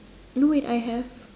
no wait I have